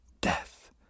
Death